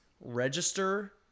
register